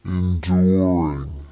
enduring